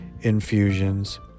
infusions